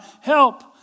help